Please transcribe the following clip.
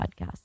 podcast